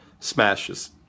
smashes